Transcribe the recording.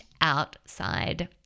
outside